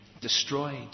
destroyed